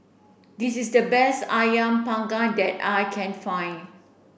this is the best Ayam panggang that I can find